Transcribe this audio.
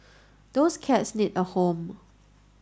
those cats need a home